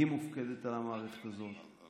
היא מופקדת על המערכת הזאת.